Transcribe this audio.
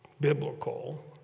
biblical